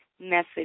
message